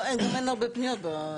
אין הרבה פניות.